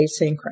asynchronous